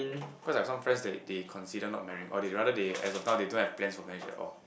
cause like some friends they they consider not marrying or they rather they as adult they don't have plans or measures oh